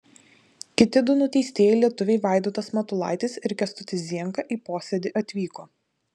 kiti du nuteistieji lietuviai vaidotas matulaitis ir kęstutis zienka į posėdį atvyko